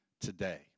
today